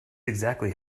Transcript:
exactly